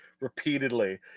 repeatedly